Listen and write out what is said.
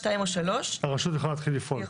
(2) או (3) הרשות יכולה להתחיל לפעול.